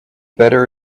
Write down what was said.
better